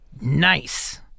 Nice